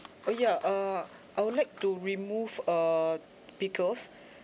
oh ya uh I would like to remove uh pickles